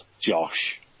Josh